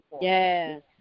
Yes